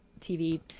TV